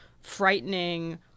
frightening